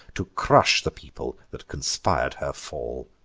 to crush the people that conspir'd her fall.